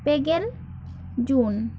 ᱯᱮ ᱜᱮᱞ ᱡᱩᱱ